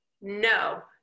no